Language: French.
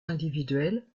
individuelles